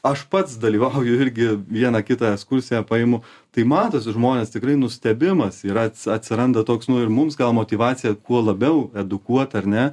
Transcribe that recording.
aš pats dalyvauju irgi vieną kitą ekskursiją paimu tai matosi žmonės tikrai nustebimas yra atsiranda toks nu ir mums gal motyvacija kuo labiau edukuot ar ne